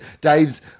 Dave's